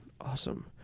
Awesome